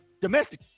Domestic